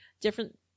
different